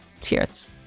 Cheers